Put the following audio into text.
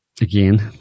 again